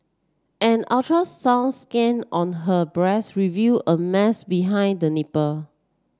an ultrasound scan on her breast revealed a mass behind the nipple